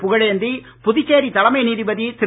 புகழேந்தி புதுச்சேரி தலைமை நீதிபதி திரு